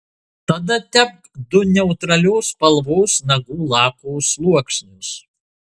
tada tepk du neutralios spalvos nagų lako sluoksnius